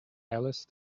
alice